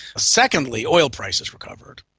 secondly oil prices recovered,